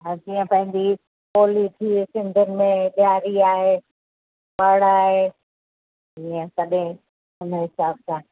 ऐं जीअं पंहिंजी पॉलिसी हीअ सिंधियुनि में ॾियारी आहे ॿड़ आहे ईअं तॾहिं उन हिसाब सां